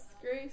Grace